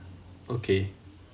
okay